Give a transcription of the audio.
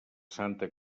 santa